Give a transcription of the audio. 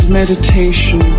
meditation